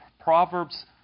Proverbs